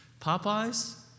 Popeyes